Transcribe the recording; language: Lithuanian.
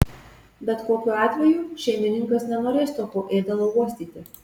bet kokiu atveju šeimininkas nenorės tokio ėdalo uostyti